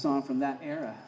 song from that era